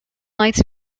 lights